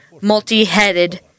multi-headed